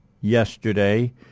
yesterday